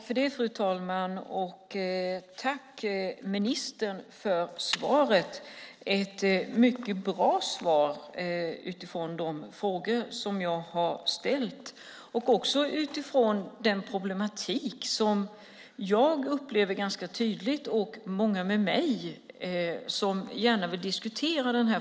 Fru talman! Tack, ministern för svaret, ett mycket bra svar på de frågor som jag har ställt med tanke på den problematik som jag och många med mig upplever ganska tydligt och gärna vill diskutera.